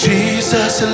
Jesus